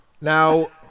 Now